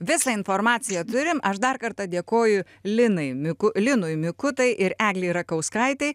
visą informaciją turim aš dar kartą dėkoju linai mikui linui mikutai ir eglei rakauskaitei